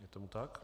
Je tomu tak.